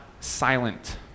silent